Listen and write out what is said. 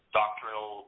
doctrinal